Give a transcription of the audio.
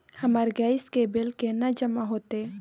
हमर गैस के बिल केना जमा होते?